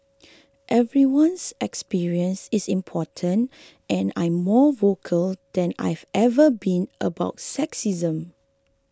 everyone's experience is important and I'm more vocal than I've ever been about sexism